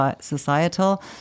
societal